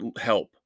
help